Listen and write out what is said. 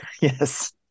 yes